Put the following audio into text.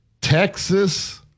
Texas